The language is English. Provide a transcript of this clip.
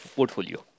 Portfolio